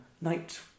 night